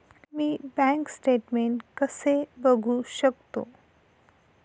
मी bank statement कसे बघू शकतो?